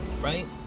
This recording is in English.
right